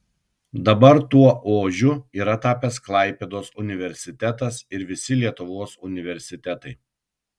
dabar tuo ožiu yra tapęs klaipėdos universitetas ir visi lietuvos universitetai